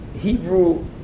Hebrew